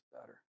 better